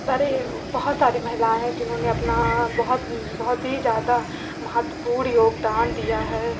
अरे बहुत सारी महिलाएं हैं जिन्होंने अपना बहुत ही ज़्यादा महत्वपूर्ण योगदान दिया है